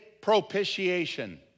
Propitiation